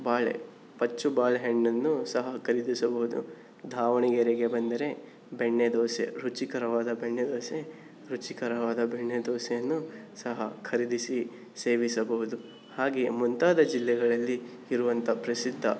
ಬಾಳೆ ಪಚ್ಚು ಬಾಳೆಹಣ್ಣನ್ನು ಸಹ ಖರೀದಿಸಬಹುದು ದಾವಣಗೆರೆಗೆ ಬಂದರೆ ಬೆಣ್ಣೆದೋಸೆ ರುಚಿಕರವಾದ ಬೆಣ್ಣೆದೋಸೆ ರುಚಿಕರವಾದ ಬೆಣ್ಣೆದೋಸೆಯನ್ನು ಸಹ ಖರೀದಿಸಿ ಸೇವಿಸಬಹುದು ಹಾಗೆ ಮುಂತಾದ ಜಿಲ್ಲೆಗಳಲ್ಲಿ ಇರುವಂಥ ಪ್ರಸಿದ್ಧ